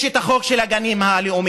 יש את החוק של הגנים הלאומיים,